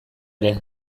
ere